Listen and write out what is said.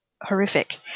horrific